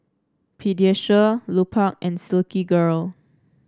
Pediasure Lupark and Silkygirl